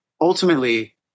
ultimately